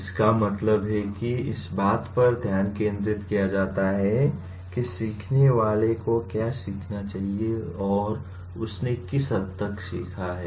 इसका मतलब है कि इस बात पर ध्यान केंद्रित किया जाता है कि सीखने वाले को क्या सीखना चाहिए और उसने किस हद तक सीखा है